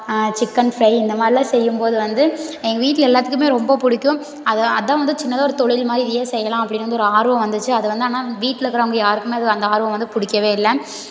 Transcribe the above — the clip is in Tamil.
சிக்கன் ஃப்ரை இந்த மாதிரிலாம் செய்யும் போது வந்து எங்கள் வீட்டில் எல்லாத்துக்கும் ரொம்ப பிடிக்கும் அதெலான் அதான் வந்து சின்னதாக ஒரு தொழில் மாதிரி இதே செய்யலாம் அப்படின் ஒரு ஆர்வம் வந்திச்சு அதில் என்னென்னா வீட்டில் இருக்கிறவங்க யாருக்கும் அது அந்த ஆர்வம் வந்து பிடிக்கவே இல்லை